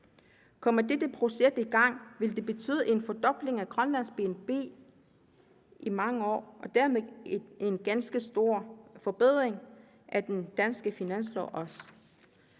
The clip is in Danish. Kommer dette projekt i gang, vil det betyde en fordobling af Grønlands BNP i mange år og dermed en ganske stor forbedring også af den danske finanslov.